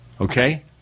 Okay